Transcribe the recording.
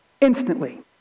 instantly